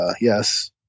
yes